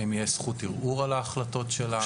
האם תהיה זכות ערעור על ההחלטות שלה?